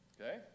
Okay